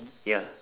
ya